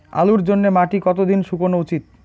আলুর জন্যে মাটি কতো দিন শুকনো উচিৎ?